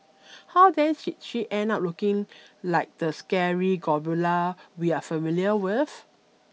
how then did she end up looking like the scary gargoyle we are familiar with